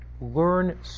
learn